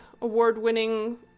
award-winning